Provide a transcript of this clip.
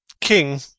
King